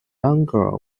longer